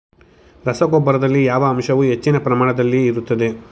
ರಸಗೊಬ್ಬರದಲ್ಲಿ ಯಾವ ಅಂಶವು ಹೆಚ್ಚಿನ ಪ್ರಮಾಣದಲ್ಲಿ ಇರುತ್ತದೆ?